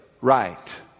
right